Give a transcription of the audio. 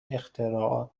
اختراعات